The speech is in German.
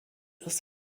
aus